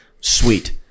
Sweet